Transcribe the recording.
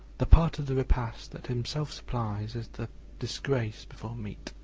the part of the repast that himself supplies is the disgrace before meat.